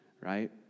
right